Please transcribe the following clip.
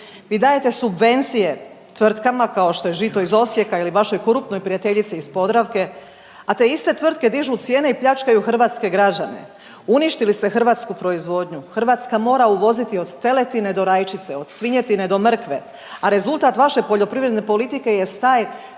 Vi dajete subvencije tvrtkama kao što je Žito iz Osijeka ili vašoj koruptnoj prijateljici iz Podravke, a te iste tvrtke dižu cijene i pljačkaju hrvatske građane. Uništili ste hrvatsku proizvodnju, Hrvatska mora uvoziti od teletine do rajčice, od svinjetine do mrkve, a rezultat vaše poljoprivredne politike jest